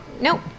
Nope